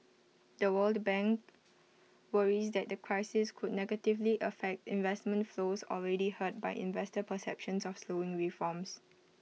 the world bank worries that the crisis could negatively affect investment flows already hurt by investor perceptions of slowing reforms